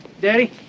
Daddy